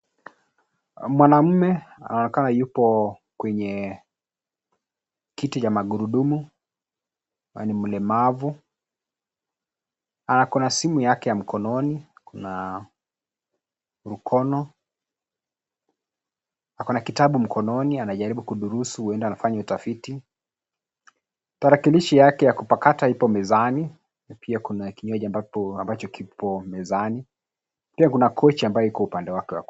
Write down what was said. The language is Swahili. Mwanaume anaonekana yupo kwenye kiti cha magurudumu ambaye ni mlemavu. Ako na simu yake ya mkononi kuna rukono. Ako na kitabu mkononi anajaribu kudurusu huenda anafanya utafiti. Tarakilishi yake ya kupakata ipo mezani, na pia kuna kinywaji ambacho kipo mezani. Pia kuna kochi ambayo iko upande wake wa kulia.